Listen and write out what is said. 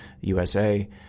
USA